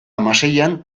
hamaseian